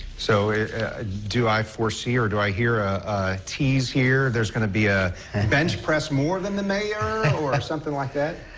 so do i foresee or do i hear a tease here? there's going to be a and bench pres more than the mayor or or something like that?